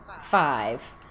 five